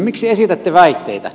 miksi esitätte väitteitä